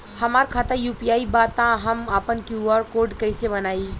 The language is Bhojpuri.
हमार खाता यू.पी.आई बा त हम आपन क्यू.आर कोड कैसे बनाई?